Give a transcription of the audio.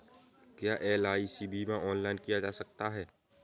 क्या एल.आई.सी बीमा ऑनलाइन किया जा सकता है?